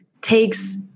takes